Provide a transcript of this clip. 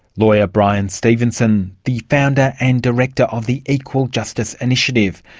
lawyer bryan stevenson, the founder and director of the equal justice initiative,